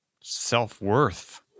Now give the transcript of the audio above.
self-worth